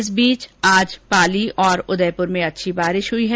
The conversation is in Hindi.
इस बीच आज पाली और उदयपुर में अच्छी बारिश हुई है